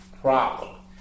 problem